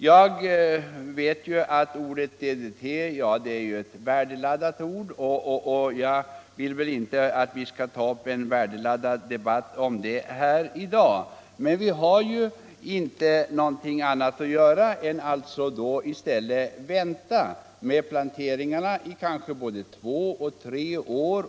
Nu vet jag att DDT är ett värdeladdat ord, och jag vill inte att vi skall få någon värdeladdad debatt om DDT i dag. Vi har väl nu Nr 86 ingenting annat att göra än att markbereda och vänta med planteringarna Torsdagen den i två eller tre år.